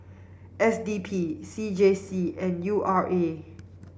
S D P C J C and U R A